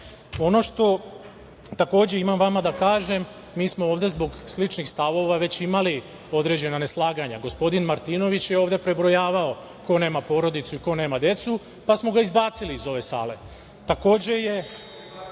što takođe imam vama da kažem mi smo ovde zbog sličnih stavova već imali određena neslaganja. Gospodin Martinović je ovde prebrojavao ko nema porodicu, ko nema decu, pa smo ga izbacili iz ove sale. Takođe je,